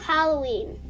Halloween